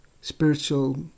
spiritual